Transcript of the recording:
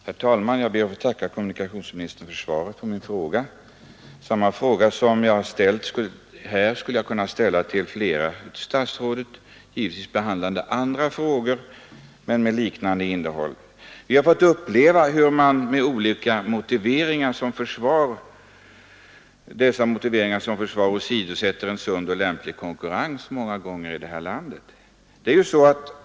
Herr talman! Jag ber att få tacka kommunikationsministern för svaret på min fråga. Samma fråga skulle jag kunna ställa till flera statsråd, givetvis om andra förhållanden, men med liknande innehåll. Vi har fått uppleva hur man många gånger och med olika motiveringar åsidosätter en sund och lämplig konkurrens här i landet.